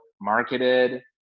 marketed